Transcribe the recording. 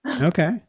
Okay